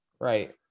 Right